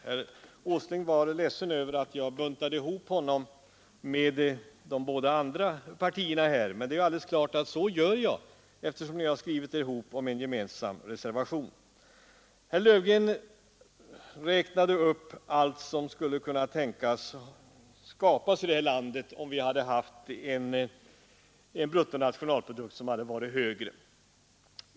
Herr Åsling var ledsen över att jag buntade ihop honom med de båda andra partierna, men det är alldeles klart att jag gör så, eftersom ni skrivit ihop er om en gemensam reservation. Herr Löfgren räknade upp allt som skulle kunna tänkas skapas i detta land, om vi haft en bruttonationalprodukt som varit högre.